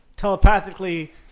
telepathically